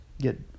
get